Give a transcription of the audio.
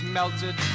melted